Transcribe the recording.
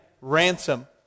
ransom